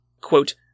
Quote